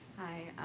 hi,